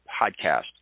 podcast